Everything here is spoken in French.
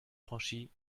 franchies